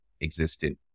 existed